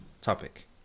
topic